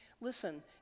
listen